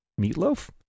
meatloaf